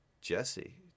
Jesse